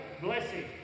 blessing